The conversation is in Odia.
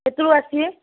କେତେବେଳକୁ ଆସିବେ